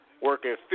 working